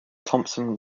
thompson